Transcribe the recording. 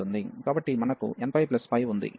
కాబట్టి మనకు nππ ఉంది